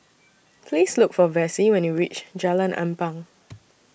Please Look For Vessie when YOU REACH Jalan Ampang